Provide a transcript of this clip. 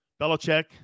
Belichick